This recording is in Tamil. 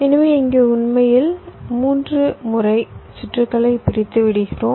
எனவே இங்கே உண்மையில் 3 முறை சுற்றுகளை பிரித்து விடுகிறோம்